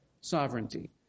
sovereignty